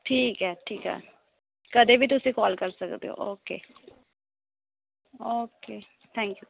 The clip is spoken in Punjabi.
ਠੀਕ ਹੈ ਠੀਕ ਹੈ ਕਦੇ ਵੀ ਤੁਸੀਂ ਕੋਲ ਕਰ ਸਕਦੇ ਹੋ ਓਕੇ ਓਕੇ ਥੈਂਕ ਯੂ